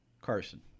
Carson